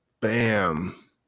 Bam